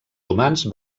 humans